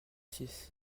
six